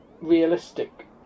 realistic